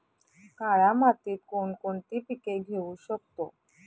काळ्या मातीत कोणकोणती पिके घेऊ शकतो?